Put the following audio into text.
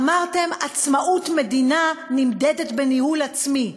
אמרתם: עצמאות מדינה נמדדת בניהול עצמי.